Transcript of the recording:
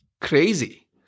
crazy